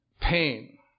pain